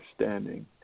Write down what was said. understanding